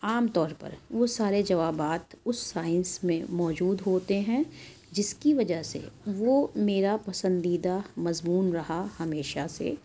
عام طور پر وہ سارے جوابات اس سائنس میں موجود ہوتے ہیں جس کی وجہ سے وہ میرا پسندیدہ مضمون رہا ہمیشہ سے